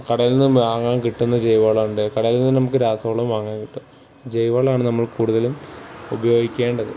കടയിൽ നിന്ന് വാങ്ങാൻ കിട്ടുന്ന ജൈവവളം ഉണ്ട് കടയിൽ നിന്ന് നമുക്ക് രാസവളവും വാങ്ങാൻ കിട്ടും ജൈവവളമാണ് നമ്മൾ കൂടുതലും ഉപയോഗിക്കേണ്ടത്